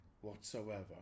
whatsoever